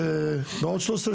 בסדר.